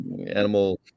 animal